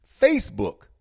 Facebook